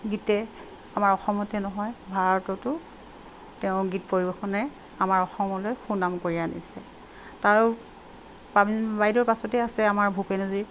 গীতে আমাৰ অসমতে নহয় ভাৰততো তেওঁ গীত পৰিৱেশনে আমাৰ অসমলৈ সুনাম কঢ়িয়াই আনিছে আৰু পাৰ্বিণ বাইদেউ পাছতেই আছে আমাৰ ভূপেন হাজ